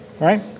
right